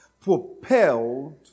propelled